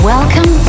Welcome